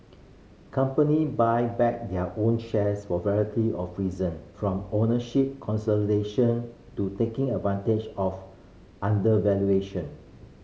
company buy back their own shares for variety of reason from ownership consolidation to taking advantage of undervaluation